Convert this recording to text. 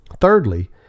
Thirdly